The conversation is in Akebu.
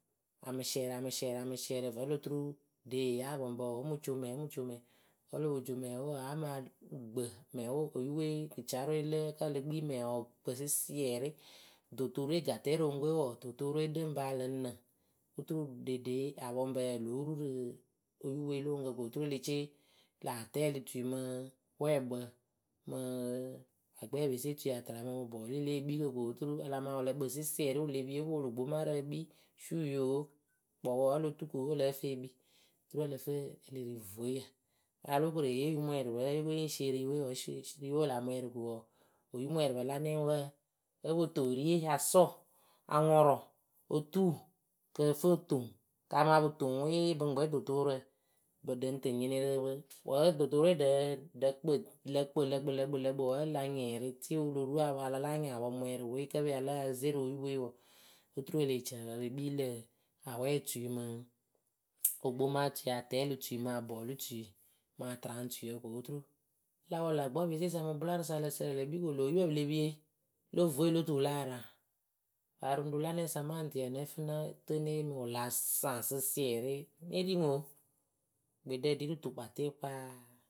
amɨsɩrɩ amɨsɩrɩ amɨsɩrɩ vǝ oloturu ɖe yee apɔŋpǝ wɔɔ omɨco mɛŋ omɨcomɛŋ wǝ olopo co mɛŋwe wɔɔ amaa gbɨ mɛŋwe oyupɨwe gɩtɩwaarǝ we lǝ kǝ elekpii mɛŋ wɔɔ gbɨ sɩsɩrɩ dʊtʊrɨwe ga tɛrɨ oŋuŋkɨwe wɔɔ dʊtʊrɨwe ɖɨŋ ba lɨŋ nɨŋ oturu ɖeɖe apɔŋpǝ ya lo ru rɨ oyupɨwe lo oŋuŋkǝ oturu eletie lä atɛlɩ tui mɨ wɛɛkpǝ mɨ abɔɛpese tui atɨrŋpǝ mɨ bɔli lée ekpiikǝ ko oturu a la ma wɨ lǝ kpɨ sɩsɩrɩ opolu gbomarǝ ekpii suyo oo kpɔwǝ wǝ olo tuku ǝ lǝ fɨ ekpii oturu ǝ lǝ fɨ e leh ri vueyǝ alo kore yee oyumwɛɛrɩpǝ yoko yɨŋ sie ri we wɔɔ esie riwe wɨla mwɛɛrɩ ko wɔɔ oyumwɛɛrɩpǝ la nɛŋ wǝǝ opotoŋ eriye asɔ aŋɔrɔ o tu kǝ fɨ toŋ kama pɨtoŋ wɩɩɩ pɨŋ gbɨ dʊtʊrǝ dɨdɨŋ tɨ nyɩnɩ rɨ pɨ. wǝ dʊtʊrɨ we ɖǝ kpɨ lǝ kpɨ lǝ kpɨ lǝ kpɨ wǝ la nyɩrɩ tɩ wɨlo ru apɔŋ ala la nyɩŋ apɔŋ mwɛɛrɩpǝ kǝ pɨya pɨ le ze royupɨwe wɔɔ oturu ele cǝpɨ epe kpii lǝ awɛtui mɨ ogboma tui atɛlɩ tui mɨ abɔlu tui ma atɨraŋtuiyǝ ko oturu la wɔ la gbɔpese sa mɨ bʊlarɨsa ǝlǝ sǝrɨ ele kpii ko lö yupǝ pɨle pie. lö vue lo tuwu wɨ láa raŋ paa ruŋɖu la nɛŋwɨ sa maŋtɩ wǝ nǝ fɨ nǝ tɨ ne yeemɨsa wɨ la saŋ sɩsɩɛrɩ. Ne ri ŋwɨ oo gbeɖǝ ɖi rɨ tukapatɩwʊ paa.